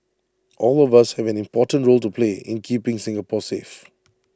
all of us have an important role to play in keeping Singapore safe